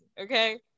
okay